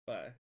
Bye